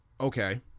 Okay